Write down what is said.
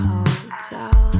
Hotel